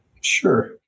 Sure